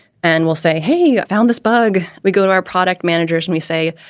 and we'll say, hey, you found this bug. we go to our product managers and we say,